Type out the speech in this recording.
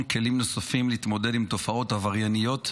חוק ומשפט לצורך הכנתה לקריאה השנייה והשלישית.